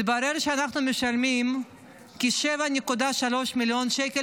התברר שאנחנו משלמים כ-7.3 מיליון שקלים